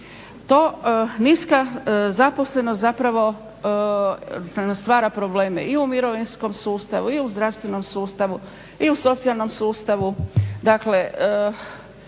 Niska zaposlenost zapravo nam stvara probleme i u mirovinskom sustavu i u zdravstvenom sustavu i u socijalnom sustavu